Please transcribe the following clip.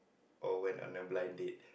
or when on a blind date